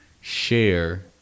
share